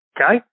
okay